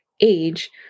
age